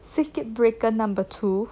circuit breaker number two